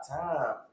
time